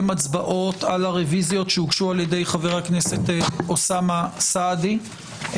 הצבעות על הרביזיות שהוגשו על-ידי חבר הכנסת אוסאמה סעדי.